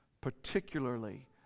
particularly